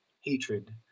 hatred